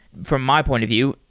from my point of view,